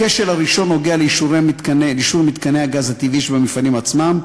הכשל הראשון נוגע לאישור מתקני הגז הטבעי שבמפעלים עצמם.